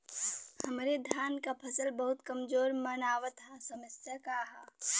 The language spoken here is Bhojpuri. हमरे धान क फसल बहुत कमजोर मनावत ह समस्या का ह?